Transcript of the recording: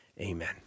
Amen